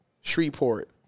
Shreveport